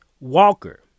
Walker